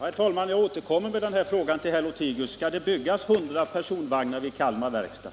Herr talman! Jag återkommer till herr Lothigius med följande fråga: Skall det byggas 100 personvagnar vid Kalmar Verkstad?